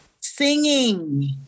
singing